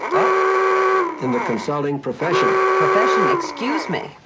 up in the consulting profession profession excuse me.